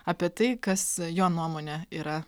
apie tai kas jo nuomone yra